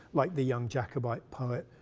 like the young jacobite poet,